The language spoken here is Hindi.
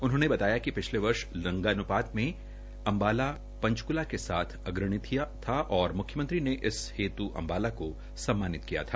उन्होंने बताया कि पिछले वर्ष लिंगानुपात में अम्बाला पंचकूला के साथ अग्रणी था और म्ख्यमंत्री ने इस हेत् अम्बाला को सम्मानित किया था